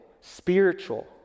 spiritual